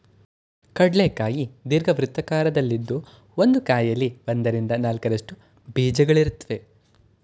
ಕಡ್ಲೆ ಕಾಯಿ ದೀರ್ಘವೃತ್ತಾಕಾರದಲ್ಲಿದ್ದು ಒಂದು ಕಾಯಲ್ಲಿ ಒಂದರಿಂದ ನಾಲ್ಕರಷ್ಟು ಬೀಜಗಳಿರುತ್ವೆ